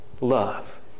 love